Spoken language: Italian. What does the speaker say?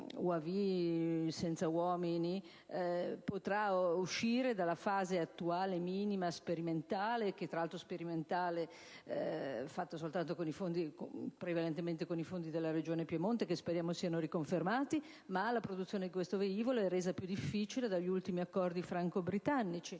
Vehicle*) potrà uscire dalla fase attuale, minima e sperimentale, realizzata prevalentemente con i fondi della Regione Piemonte, che speriamo siano riconfermati, anche se la produzione di questo velivolo è resa più difficile dagli ultimi accordi franco-britannici.